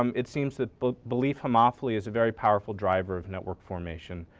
um it seems that but belief homophily is a very powerful driver in network formation.